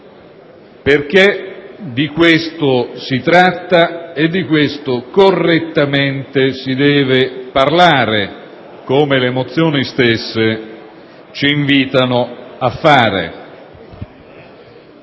Di questo si tratta e di questo correttamente si deve parlare, come le mozioni stesse ci invitano a fare.